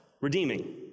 redeeming